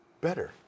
better